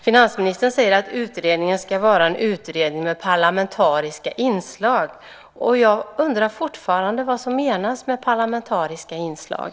Finansministern sade att utredningen ska vara en utredning med parlamentariska inslag, och jag undrar fortfarande vad som menas med parlamentariska inslag.